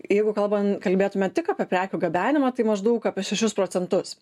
jeigu kalbam kalbėtume tik apie prekių gabenimą tai maždaug apie šešis procentus